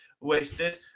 wasted